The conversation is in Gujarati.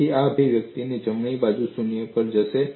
તેથી આ અભિવ્યક્તિઓની જમણી બાજુ શૂન્ય પર જશે